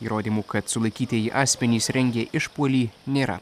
įrodymų kad sulaikytieji asmenys rengė išpuolį nėra